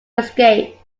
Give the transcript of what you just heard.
escape